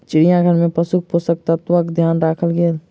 चिड़ियाघर में पशुक पोषक तत्वक ध्यान राखल गेल